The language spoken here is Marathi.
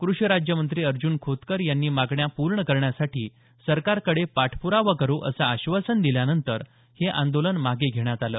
कृषीराज्यमंत्री अर्ज्न खोतकर यांनी मागण्या पूर्ण करण्यासाठी सरकारकडे पाठपुरावा करु असं आश्वासन दिल्यानंतर हे आंदोलन मागे घेण्यात आलं